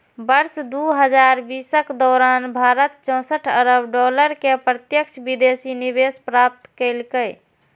वर्ष दू हजार बीसक दौरान भारत चौंसठ अरब डॉलर के प्रत्यक्ष विदेशी निवेश प्राप्त केलकै